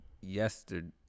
yesterday